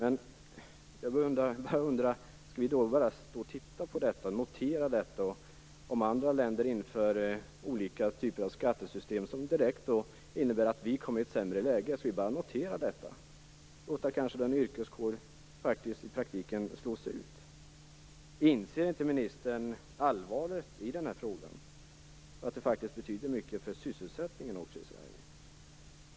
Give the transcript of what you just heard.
Skall vi då bara stå och titta på detta och notera detta? Skall vi bara notera att andra länder inför olika typer av skattesystem som direkt innebär att vi kommer i ett sämre läge? Då kanske vi i praktiken låter en yrkeskår slås ut. Inser inte ministern allvaret i den här frågan? Detta betyder faktiskt mycket också för sysselsättningen i Sverige.